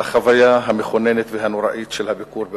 החוויה המכוננת והנוראית של הביקור באושוויץ,